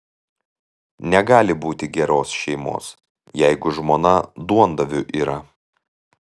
negali būti geros šeimos jeigu žmona duondaviu yra